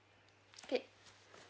okay